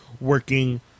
working